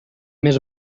més